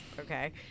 Okay